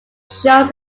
shows